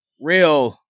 real